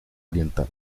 oriental